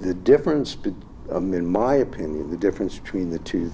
the difference between i'm in my opinion the difference between the two